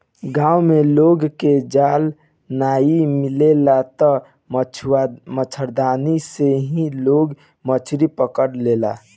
गांव में लोग के जाल नाइ मिलेला तअ मछरदानी से ही लोग मछरी पकड़ लेला